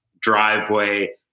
driveway